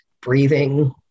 breathing